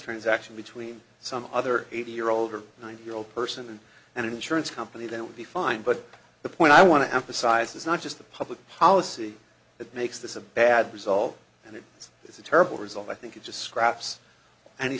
transaction between some other eighty year old or ninety year old person and an insurance company that would be fine but the point i want to emphasize is not just the public policy that makes this a bad result and it is a terrible result i think it just scraps an